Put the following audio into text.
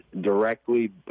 directly